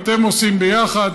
אתם עושים ביחד